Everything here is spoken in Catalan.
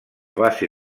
base